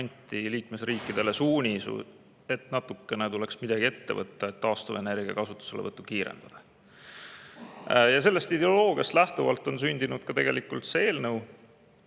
Liidu] liikmesriikidele suunis, et natukene tuleks midagi ette võtta, et taastuvenergia kasutuselevõttu kiirendada. Sellest ideoloogiast lähtuvalt on sündinud ka see eelnõu.